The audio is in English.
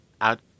out